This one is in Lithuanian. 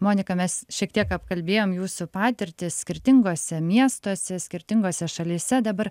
monika mes šiek tiek apkalbėjom jūsų patirtis skirtinguose miestuose skirtingose šalyse dabar